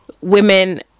women